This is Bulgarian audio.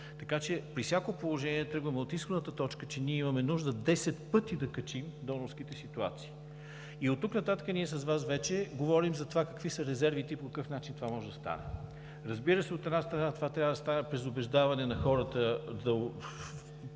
При всяко положение тръгваме от изходната точка, че имаме нужда 10 пъти да качим донорските ситуации и оттук нататък с Вас вече говорим за това какви са резервите и по какъв начин може това да стане. От една страна, трябва да стане през убеждаване на хората да